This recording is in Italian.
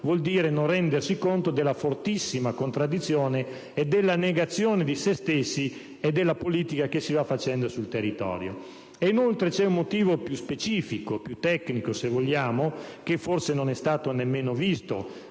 vuol dire non rendersi conto della fortissima contraddizione, della negazione di se stessi e della politica che si va facendo sul territorio. C'è inoltre un motivo più specifico e più tecnico, se vogliamo, che forse non è stato nemmeno visto